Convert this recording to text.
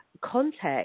context